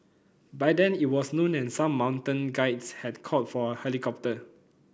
by then it was noon and some mountain guides had called for a helicopter